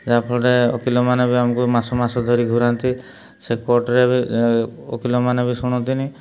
ଯାହାଫଳରେ ଓକିଲମାନେ ବି ଆମକୁ ମାସ ମାସ ଧରି ଘୁରାନ୍ତି ସେ କୋର୍ଟରେ ବି ଓକିଲମାନେ ବି ଶୁଣନ୍ତିନି